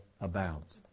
abounds